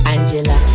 Angela